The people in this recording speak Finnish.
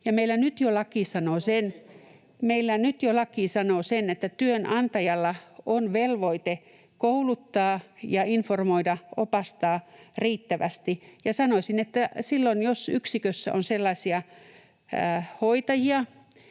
Meillä nyt jo laki sanoo sen, että työnantajalla on velvoite kouluttaa ja informoida, opastaa riittävästi. Sanoisin, että silloin, jos yksikössä on sellaisia hoitajia,